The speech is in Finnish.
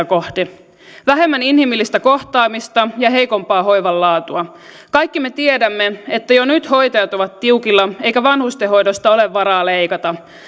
kohti vähemmän inhimillistä kohtaamista ja heikompaa hoivan laatua kaikki me tiedämme että jo nyt hoitajat ovat tiukilla eikä vanhustenhoidosta ole varaa leikata